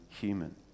human